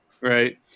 right